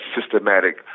systematic